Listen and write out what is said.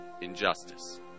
injustice